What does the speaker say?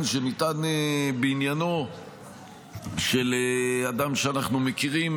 שניתן בעניינו של אדם שאנחנו מכירים,